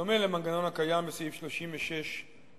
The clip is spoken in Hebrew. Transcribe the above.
בדומה למנגנון הקיים בסעיף 36ח(ב)